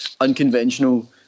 unconventional